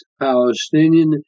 Palestinian